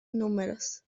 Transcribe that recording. números